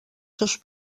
seus